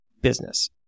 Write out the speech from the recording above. business